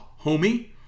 homie